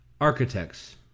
Architects